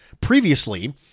previously